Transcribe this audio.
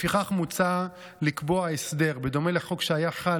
לפיכך מוצע לקבוע הסדר בדומה לחוק שהיה חל